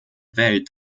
welt